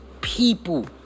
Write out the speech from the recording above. people